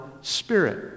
spirit